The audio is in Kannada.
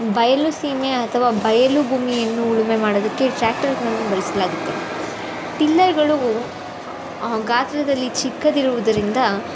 ಬಯಲುಸೀಮೆ ಅಥವಾ ಬಯಲು ಭೂಮಿಯನ್ನು ಉಳುಮೆ ಮಾಡೋದಕ್ಕೆ ಟ್ರ್ಯಾಕ್ಟರ್ಗಳನ್ನು ಬಳಸಲಾಗತ್ತೆ ಟಿಲ್ಲರ್ಗಳು ಗಾತ್ರದಲ್ಲಿ ಚಿಕ್ಕದಿರುವುದರಿಂದ